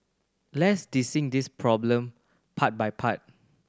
let's this problem part by part